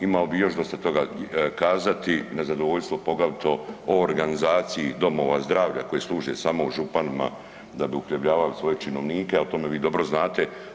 Imao bih još dosta toga kazati, nezadovoljstvo poglavito o organizaciji domova zdravlja koji služe samo županima da bi uhljebljavali svoje činovnike, a o tome vi dobro znate.